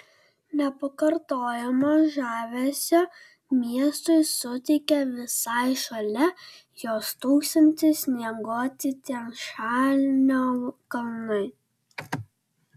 nepakartojamo žavesio miestui suteikia visai šalia jo stūksantys snieguoti tian šanio kalnai